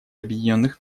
объединенных